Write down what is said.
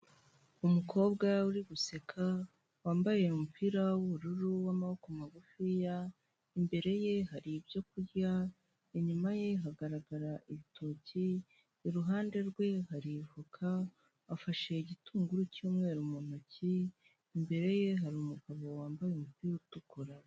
Umukobwa uri guseka wambaye umupira w'ubururu w'amaboko magufiya, imbere ye hari ibyo kurya, inyuma ye hagaragara ibitoki, iruhande rwe hari ivoka na afashe igitunguru cy'umweru mu ntoki, imbere ye hari umugabo wambaye umupira utukura.